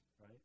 right